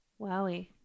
wowie